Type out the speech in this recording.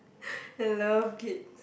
I love kids